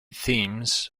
themes